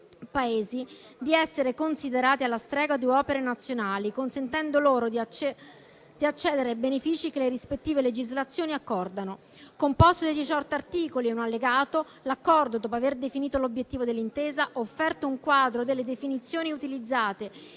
Paesi di essere considerate alla stregua di opere nazionali, consentendo loro di accedere ai benefici che le rispettive legislazioni accordano. Composto da 18 articoli e un Allegato, l'Accordo, dopo aver definito l'obiettivo dell'intesa, offerto un quadro delle definizioni utilizzate